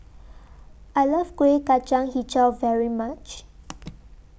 I Love Kueh Kacang Hijau very much